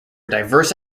diverse